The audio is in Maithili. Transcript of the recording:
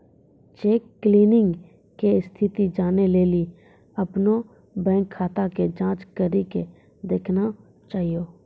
चेक क्लियरिंग के स्थिति जानै लेली अपनो बैंक खाता के जांच करि के देखना चाहियो